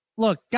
Look